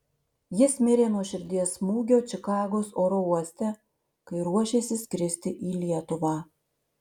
jis mirė nuo širdies smūgio čikagos oro uoste kai ruošėsi skristi į lietuvą